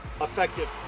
effective